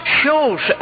shows